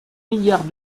milliards